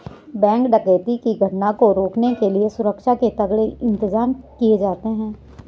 bank डकैती की घटना को रोकने के लिए सुरक्षा के तगड़े इंतजाम किए जाते हैं